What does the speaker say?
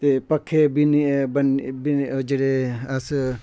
ते पक्खे बिन्ने जेह्ड़े अस